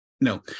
No